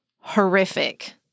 horrific